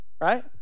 right